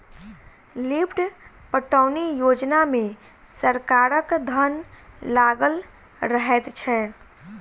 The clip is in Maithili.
लिफ्ट पटौनी योजना मे सरकारक धन लागल रहैत छै